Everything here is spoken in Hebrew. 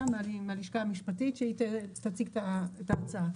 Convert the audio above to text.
מהלשכה המשפטית שהיא תציג את ההצעה.